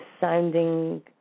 sounding